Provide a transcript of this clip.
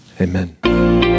amen